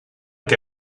què